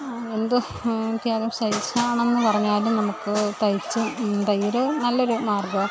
എന്ത് ത്യാഗം സഹിച്ചാണെന്ന് പറഞ്ഞാലും നമുക്ക് തയ്ച്ചു തയ്യൽ നല്ല ഒരു മാർഗ്ഗമാണ്